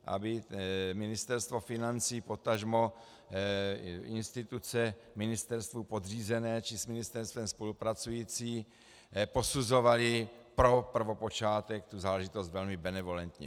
Aby Ministerstvo financí, potažmo instituce ministerstvu podřízené či s ministerstvem spolupracující posuzovaly pro prvopočátek tu záležitost velmi benevolentně.